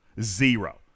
Zero